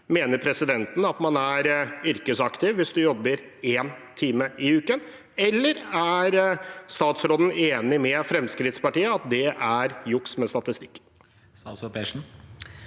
Mener statsråden at man er yrkesaktiv hvis man jobber én time i uken, eller er statsråden enig med Fremskrittspartiet i at det er juks med statistikk?